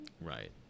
right